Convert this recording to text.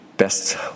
best